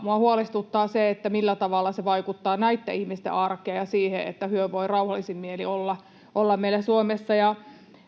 Minua huolestuttaa se, millä tavalla se vaikuttaa näitten ihmisten arkeen ja siihen, että he voivat rauhallisin mielin olla meillä Suomessa.